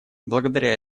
благодаря